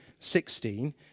16